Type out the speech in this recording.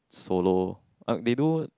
solo uh they do